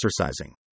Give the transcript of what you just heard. exercising